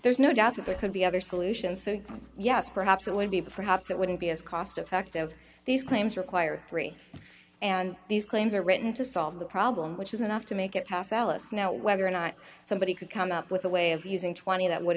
there's no doubt that there could be other solutions so yes perhaps it would be perhaps it wouldn't be as cost effective these claims require three dollars and these claims are written to solve the problem which is enough to make it pass alice now whether or not somebody could come up with a way of using twenty that would